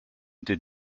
did